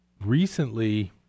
recently